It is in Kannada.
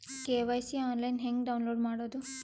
ಕೆ.ವೈ.ಸಿ ಆನ್ಲೈನ್ ಹೆಂಗ್ ಡೌನ್ಲೋಡ್ ಮಾಡೋದು?